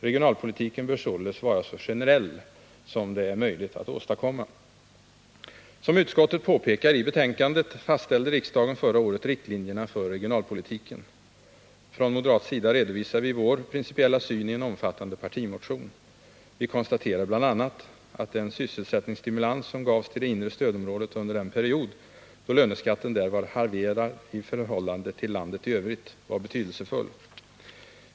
Regionalpolitiken bör således vara så generell som det är möjligt att åstadkomma. Som utskottet påpekar i betänkandet fastställde riksdagen förra året riktlinjerna för regionalpolitiken. Från moderat sida redovisade vi vår principiella syn i en omfattande partimotion. Vi konstaterade bl.a. att den sysselsättningsstimulans som gavs till det inre stödområdet under den period då löneskatten där var halverad i förhållande till landet i övrigt var betydelsefull.